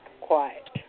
quiet